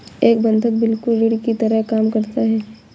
एक बंधक बिल्कुल ऋण की तरह काम करता है